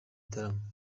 gitaramo